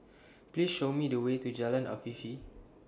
Please Show Me The Way to Jalan Afifi